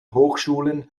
hochschulen